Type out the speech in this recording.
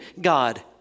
God